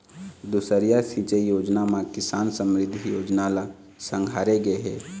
दुसरइया सिंचई योजना म किसान समरिद्धि योजना ल संघारे गे हे